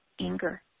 anger